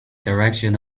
direction